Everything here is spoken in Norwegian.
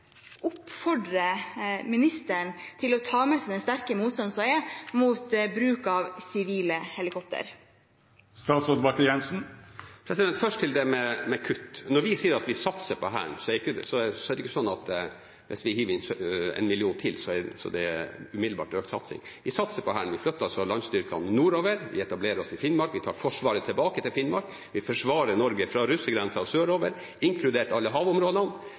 ministeren til å ta med seg den sterke motstanden som er, mot bruk av sivile helikoptre. Først til det med kutt: Når vi sier at vi satser på Hæren, er det ikke sånn at hvis vi hiver inn en million til, så er det umiddelbart økt satsing. Vi satser på Hæren. Vi flytter altså landstyrkene nordover, vi etablerer oss i Finnmark, vi tar Forsvaret tilbake til Finnmark, og vi forsvarer Norge fra russergrensa og sørover, inkludert alle havområdene.